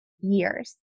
years